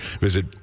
visit